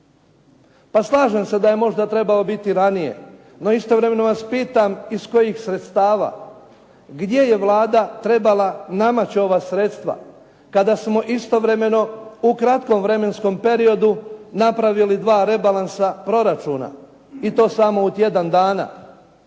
Pa slažem da se je možda trebao biti ranije, no istovremeno vas pitam iz kojih sredstava? Gdje je Vlada trebala namaći ova sredstva, kada smo istovremeno u kratkom vremenskom periodu napravili dva rebalansa proračuna, i to samo u tjedan dana.